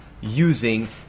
using